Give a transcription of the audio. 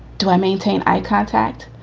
do i maintain eye contact?